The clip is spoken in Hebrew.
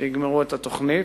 שיגמרו את התוכנית.